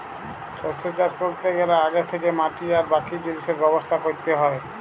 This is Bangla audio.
শস্য চাষ ক্যরতে গ্যালে আগে থ্যাকেই মাটি আর বাকি জিলিসের ব্যবস্থা ক্যরতে হ্যয়